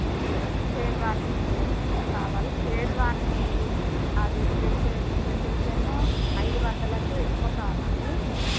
షేర్వానీ కావాలి షేర్వానీ అది డ్రెస్ ఏమో డ్రెస్సెస్ ఏమో ఐదు వందలకు ఎక్కువ కావాలి